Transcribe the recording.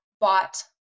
bought